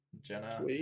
Jenna